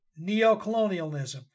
Neocolonialism